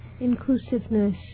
inclusiveness